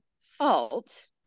fault